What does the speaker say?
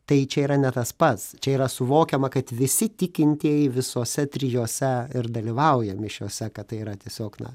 tai čia yra ne tas pats čia yra suvokiama kad visi tikintieji visose trijose ir dalyvauja mišiose kad tai yra tiesiog na